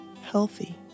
healthy